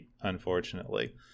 Unfortunately